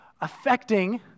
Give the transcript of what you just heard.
affecting